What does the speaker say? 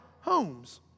homes